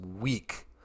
weak